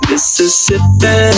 Mississippi